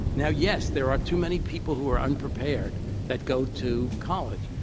now, yes, there are too many people who are unprepared that go to college.